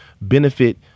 benefit